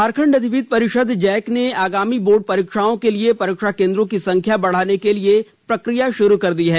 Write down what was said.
झारखण्ड अधिविद्य परिषद् जैक ने आगामी बोर्ड परीक्षाओं के लिए परीक्षा केंद्रों की संख्या बढ़ाने के लिए प्रक्रिया शुरू कर दी है